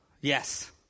Yes